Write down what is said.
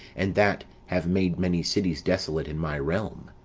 and that have made many cities desolate in my realm.